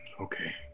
Okay